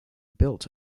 built